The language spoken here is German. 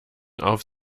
auf